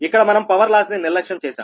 ఇక్కడ మనం power loss ని నిర్లక్ష్యం చేశాం